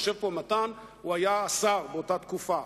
יושב פה מתן, הוא היה השר באותה תקופה.